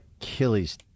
Achilles